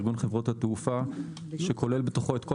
ארגון חברות התעופה שכולל בתוכו את כל